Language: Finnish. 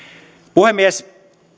puhemies